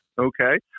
okay